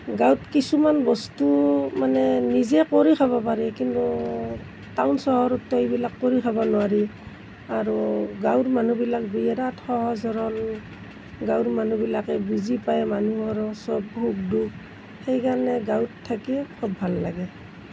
গাঁৱত কিছুমান বস্তু মানে নিজেই কৰি খাব পাৰি কিন্তু টাউন চহৰততো এইবিলাক কৰি খাব নোৱাৰি আৰু গাঁৱৰ মানুহবিলাক বিৰাট সহজ সৰল গাঁৱৰ মানুহবিলাকে বুজি পায় মানুহৰ সব সুখ দুখ সেইকাৰণে গাঁৱত থাকিয়েই খুব ভাল লাগে